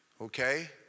okay